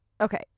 okay